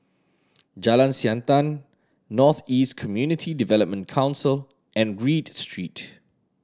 Jalan Siantan North East Community Development Council and Read Street